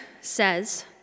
says